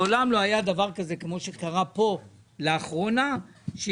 מעולם לא היה דבר כזה כמו שקרה כאן לאחרונה שהגיע